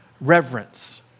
reverence